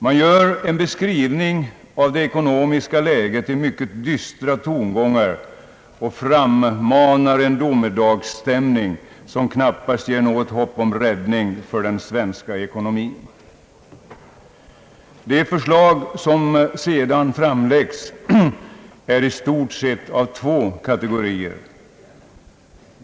Man gör en beskrivning av det ekonomiska läget i mycket dystra tongångar och frammanar en domedagsstämning som knappast ger något hopp om räddning för den svenska ekonomin. De förslag som sedan framläggs är i stort sett av två typer.